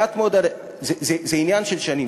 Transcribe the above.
זה עניין של שנים.